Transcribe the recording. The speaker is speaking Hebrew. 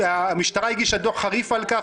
המשטרה הגישה דוח חריף על כך,